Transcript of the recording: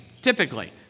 typically